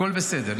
הכול בסדר.